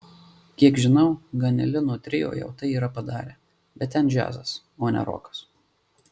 kiek žinau ganelino trio jau tai yra padarę bet ten džiazas o ne rokas